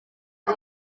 ari